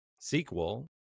sequel